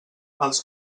els